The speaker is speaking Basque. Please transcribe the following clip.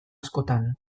askotan